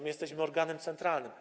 My jesteśmy organem centralnym.